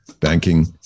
banking